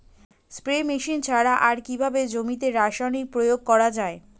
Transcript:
Spray machine ছাড়া আর কিভাবে জমিতে রাসায়নিক প্রয়োগ করা যায়?